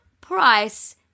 price